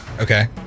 Okay